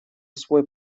свой